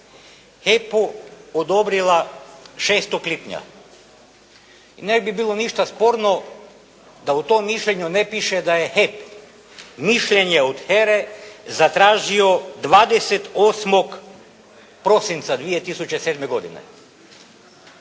HEP-u odobrila 6. lipnja. I ne bi bilo ništa sporno da u tom mišljenju ne piše da je HEP mišljenje od HERA-e zatražio 28. prosinca 2007. godine.